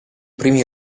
primi